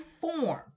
form